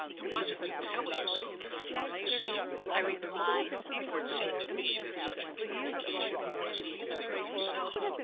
it wasn't to tell you so that i wanted to see you, i replied for it seemed to me that such a communication would rest wholly with herself.